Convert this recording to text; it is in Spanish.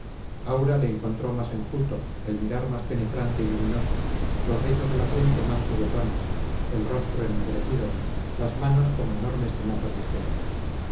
aura le encontró más enjuto el mirar más penetrante y luminoso los rizos de la frente más juguetones el rostro ennegrecido las manos como enormes tenazas de acero